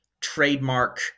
trademark